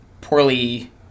poorly –